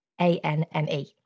ANME